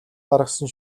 гаргасан